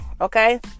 Okay